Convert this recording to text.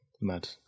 Mad